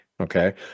Okay